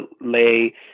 Lay